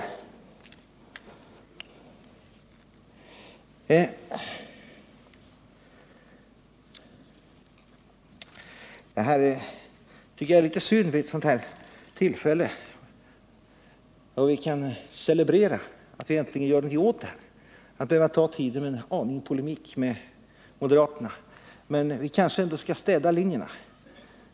Det är, tycker jag, litet synd vid ett sådant här tillfälle, när vi kan celebrera att vi äntligen gör någonting åt den här saken, att behöva ta upp tiden med en aning polemik mot moderaterna. Men vi kanske ändå skall städa linjerna.